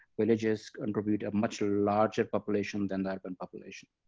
villages contribute a much larger population than the urban population.